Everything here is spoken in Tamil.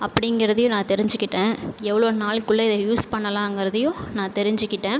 அப்படிங்கிறதையும் நான் தெரிஞ்சுக்கிட்டேன் எவ்வளோ நாளுக்குள்ள இதை யூஸ் பண்ணலாங்கிறதையும் நான் தெரிஞ்சுக்கிட்டேன்